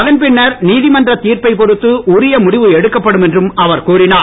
அதன் பின்னர் நீதமன்ற தீர்ப்பை பொறுத்து உரிய முடிவு எடுக்கப்படும் என்றும் அவர் கூறினார்